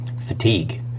Fatigue